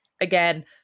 again